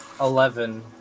eleven